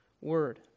Word